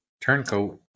Turncoat